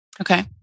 Okay